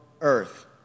earth